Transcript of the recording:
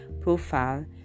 profile